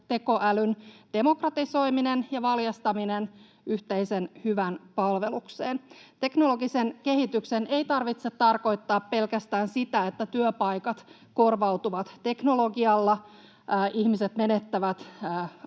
tekoälyn demokratisoiminen ja valjastaminen yhteisen hyvän palvelukseen. Teknologisen kehityksen ei tarvitse tarkoittaa pelkästään sitä, että työpaikat korvautuvat teknologialla, ihmiset menettävät